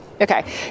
Okay